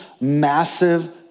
massive